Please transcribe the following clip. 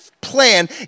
plan